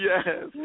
Yes